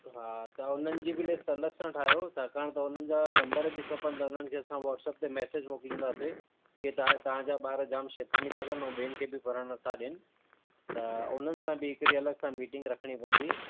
हा त हुननि जी बि लिस्ट अलॻि सां ठाहियो छाकाणि त हुननि जा नंबर बि खपंदा हुननि खे असां वॉट्सप ते मैसिज मोकिलिंदासीं की तव्हांजा तव्हांजा ॿार जाम शैतानी था कनि ऐं ॿियनि खे बि पढ़णु नथा ॾियनि त हुननि सां बि हिकड़ी अलॻि सां मीटिंग रखणी पवंदी